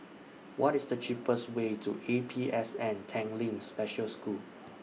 What IS The cheapest Way to A P S N Tanglin Special School